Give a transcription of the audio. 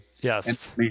Yes